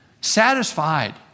satisfied